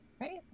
Right